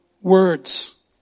words